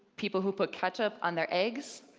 people who put ketchup on their eggs.